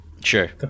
Sure